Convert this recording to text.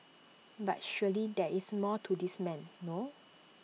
but surely there is more to this man no